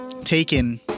taken